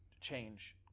change